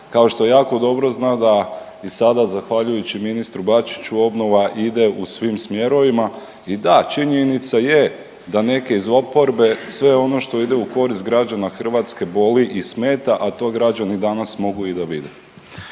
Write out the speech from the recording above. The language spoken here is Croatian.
kao što jako dobro zna da i sada zahvaljujući ministru Bačiću obnova ide u svim smjerovima. I da činjenica je da neke iz oporbe sve ono što ide u korist građana Hrvatske boli i smeta, a to građani danas mogu i da vide.